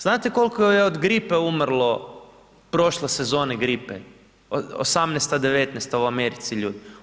Znate koliko je od gripe umrlo, prošle sezone gripe '18.-'19. u Americi ljudi?